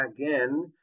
again